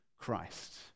Christ